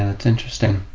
ah it's interesting.